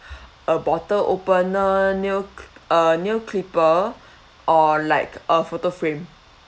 a bottle opener nail cl~ a nail clipper or like a photo frame